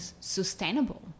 sustainable